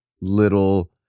little